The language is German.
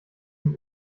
dem